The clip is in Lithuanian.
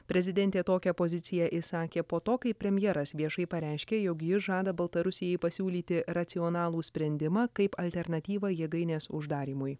prezidentė tokią poziciją išsakė po to kai premjeras viešai pareiškė jog jis žada baltarusijai pasiūlyti racionalų sprendimą kaip alternatyvą jėgainės uždarymui